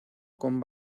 con